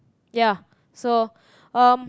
ya so um